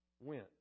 went